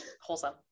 wholesome